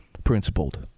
principled